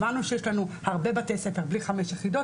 הבנו שיש לנו הרבה בתי ספר בלי חמש יחידות